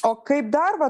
o kaip dar va